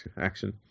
action